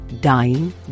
dying